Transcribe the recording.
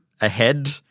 ahead